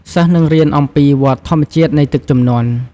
សិស្សនឹងរៀនអំំពីវដ្ដធម្មជាតិនៃទឹកជំនន់។